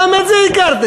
גם את זה ייקרתם.